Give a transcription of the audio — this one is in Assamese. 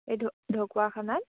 এই ঢকুৱাখানাত